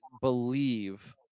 believe